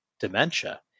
dementia